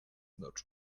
not